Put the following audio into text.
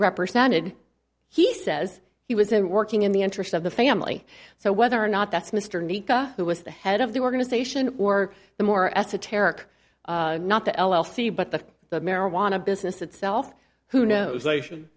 represented he says he was a working in the interest of the family so whether or not that's mr nneka who was the head of the organization or the more esoteric not the l l c but the the marijuana business itself who knows asian